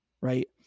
right